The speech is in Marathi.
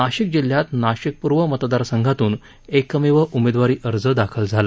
नाशिक जिल्ह्यात नाशिक पूर्व मतदारसंघातून एकमेव उमेदवारी अर्ज दाखल झाला